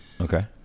Okay